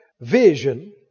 vision